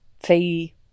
fee